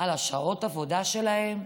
על שעות העבודה שלהן?